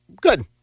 good